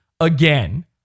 again